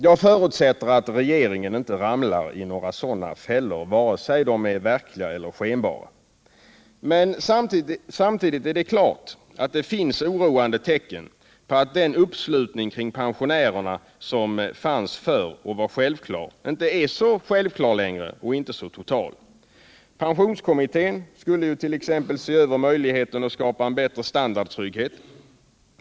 Jag förutsätter att regeringen inte ramlar i några sådana fällor, varken verkliga eller skenbara. Men samtidigt är det klart att det finns oroande tecken på att den uppslutning kring pensionärerna som fanns förr inte längre är så självklar och total. Pensionskommittén skulle t.ex. se över möjligheten att skapa en bättre Nr 45 standardtrygghet.